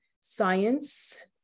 science